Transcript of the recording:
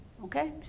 Okay